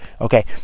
Okay